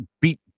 beat